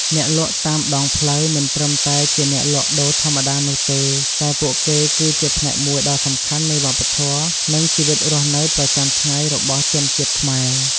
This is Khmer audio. អ្នកលក់តាមដងផ្លូវមិនត្រឹមតែជាអ្នកលក់ដូរធម្មតានោះទេ តែពួកគេគឺជាផ្នែកមួយដ៏សំខាន់នៃវប្បធម៌ និងជីវិតរស់នៅប្រចាំថ្ងៃរបស់ជនជាតិខ្មែរ។